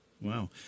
Wow